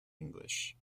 english